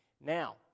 Now